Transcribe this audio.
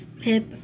Pip